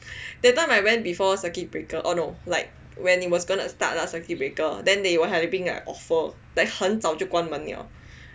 that time I went before circuit breaker oh no like when it was gonna start lah circuit breaker then they were having an offer like 很早就关门了